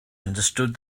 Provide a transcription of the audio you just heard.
understood